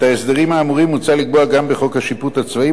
את ההסדרים האמורים מוצע לקבוע גם בחוק השיפוט הצבאי,